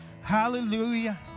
hallelujah